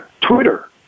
Twitter